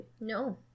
No